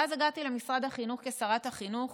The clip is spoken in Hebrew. ואז הגעתי למשרד החינוך כשרת החינוך,